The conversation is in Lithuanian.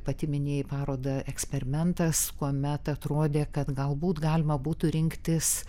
pati minėjai parodą eksperimentas kuomet atrodė kad galbūt galima būtų rinktis